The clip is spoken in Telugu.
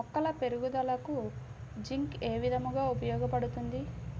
మొక్కల పెరుగుదలకు జింక్ ఏ విధముగా ఉపయోగపడుతుంది?